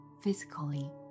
physically